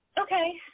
okay